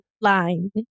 line